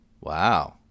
Wow